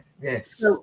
yes